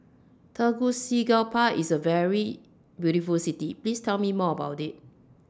Tegucigalpa IS A very beautiful City Please Tell Me More about IT